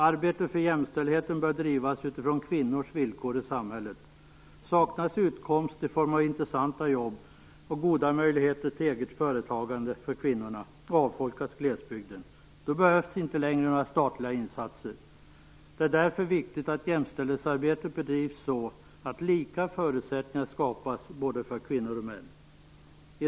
Arbetet för jämställdheten bör drivas utifrån kvinnors villkor i samhället. Saknas utkomst i form av intressanta jobb och goda möjligheter till eget företagande för kvinnorna avfolkas glesbygden. Då behövs inte längre några statliga insatser. Det är därför viktigt att jämställdhetsarbetet bedrivs så, att lika förutsättningar skapas för både kvinnor och män.